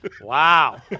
wow